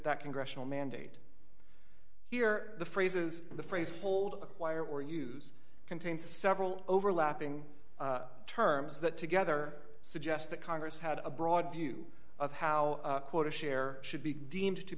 that congressional mandate here the phrases the phrase hold acquire or use contains the several overlapping terms that together suggest that congress had a broad view of how a quota share should be deemed to